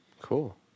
cool